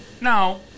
Now